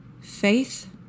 Faith